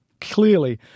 clearly